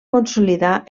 consolidar